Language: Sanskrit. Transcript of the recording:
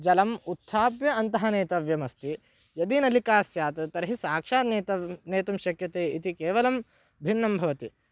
जलम् उत्थाप्य अन्तः नेतव्यमस्ति यदि नलिका स्यात् तर्हि साक्षात् नेतव् नेतुं शक्यते इति केवलं भिन्नं भवति